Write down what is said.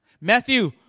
Matthew